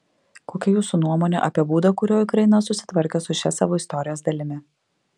kokia jūsų nuomonė apie būdą kuriuo ukraina susitvarkė su šia savo istorijos dalimi